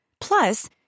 Plus